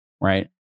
right